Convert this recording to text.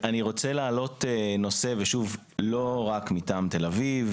אני רוצה להעלות נושא, ושוב לא רק מטעם תל אביב.